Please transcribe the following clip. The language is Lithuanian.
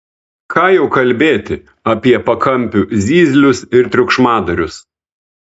ką jau kalbėti apie pakampių zyzlius ir triukšmadarius